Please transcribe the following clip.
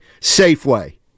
Safeway